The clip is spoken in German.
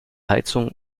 heizung